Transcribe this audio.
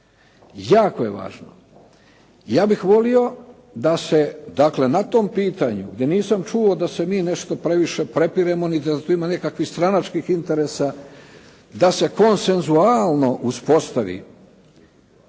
Jako je važno. Ja bih volio da se na tom pitanju gdje nisam čuo da se mi nešto previše prepiremo ni da tu ima nekakvih stranačkih interesa, da se konsenzualno uspostavi,